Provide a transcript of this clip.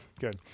good